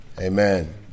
Amen